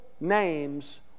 names